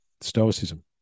stoicism